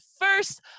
first